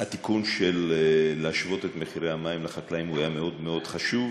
התיקון של להשוות את מחירי המים לחקלאים היה מאוד מאוד חשוב,